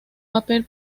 papel